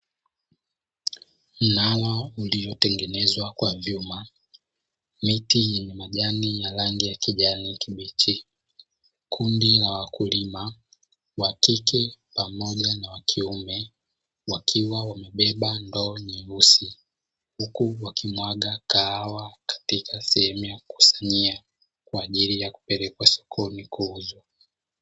Mnara uliotengenezwa kwa vyuma, miti yenye majani ya kijani kibichi, kundi la wakulima wakike pamoja na wakiume wakiwa wamebeba ndoo nyeusi, huku wakimwaga kahawa katika sehemu ya kukusanyia kwa ajili ya kupelekwa sokoni kwenda kuuzwa.